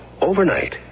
Overnight